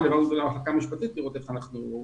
והעברנו למחלקה המשפטית כדי לראות איך אנחנו מתקדמים.